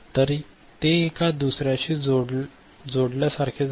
तर ते एकाने दुसर्याशी जोडल्या सारखेच असते